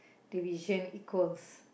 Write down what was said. division equals